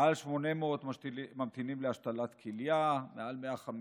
מעל 800 ממתינים להשתלת כליה, מעל 150,